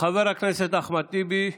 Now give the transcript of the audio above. חבר הכנסת אחמד טיבי,